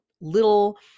little